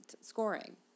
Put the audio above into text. scoring